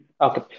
okay